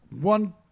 one